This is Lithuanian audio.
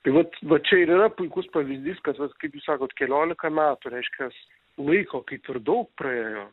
tai vat va čia ir yra puikus pavyzdys kad vat kaip jūs sakot keliolika metų reiškias laiko kaip ir daug praėjo